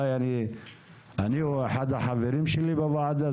אני או אחד החברים שלי בוועדה,